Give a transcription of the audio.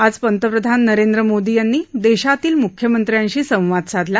आज पंतप्रधान नरेंद्र मोदी यांनी देशातील म्ख्यमंत्र्यांशी संवाद साधला